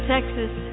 Texas